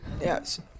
Yes